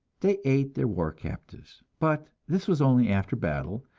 they ate their war captives, but this was only after battle,